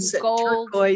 gold